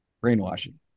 Brainwashing